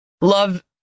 love